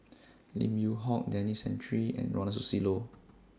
Lim Yew Hock Denis Santry and Ronald Susilo